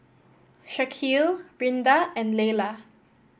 Shaquille Rinda and Leyla